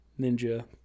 ninja